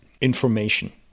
information